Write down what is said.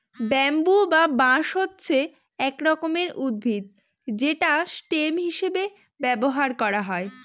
bamboo বা বাঁশ হচ্ছে এক রকমের উদ্ভিদ যেটা স্টেম হিসেবে ব্যবহার করা হয়